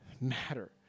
matter